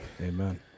amen